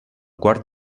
quart